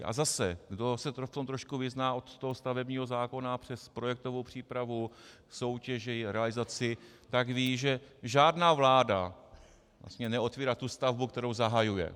A zase, kdo se v tom trošku vyzná od stavebního zákona přes projektovou přípravu, soutěž, realizaci, tak ví, že žádná vláda neotevírá tu stavbu, kterou zahajuje.